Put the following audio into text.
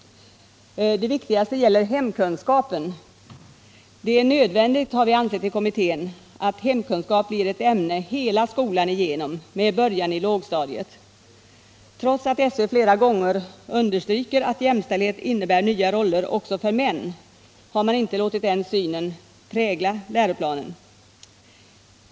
Det viktigaste förslaget gäller hemkunskapen. Det är nödvändigt, har vi ansett i kommittén, att hemkunskap blir ett ämne hela skolan igenom med början i lågstadiet. Trots att skolöverstyrelsen flera gånger understryker att jämställdhet innebär nya roller också för män har man inte låtit den synen prägla läroplanen.